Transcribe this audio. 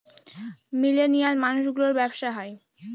millennial মানুষ গুলোর ব্যাবসা হয়